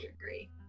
agree